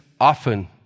often